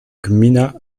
gmina